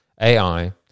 AI